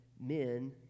men